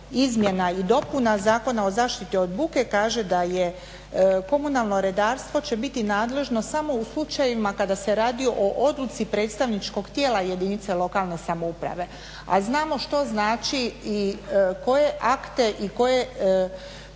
izmjena i dopuna Zakona o zaštiti od buke kaže da je komunalno redarstvo će biti nadležno samo u slučajevima kada se radi o odluci predstavničkog tijela jedinica lokalne samouprave, a znamo što znači i koje akte i što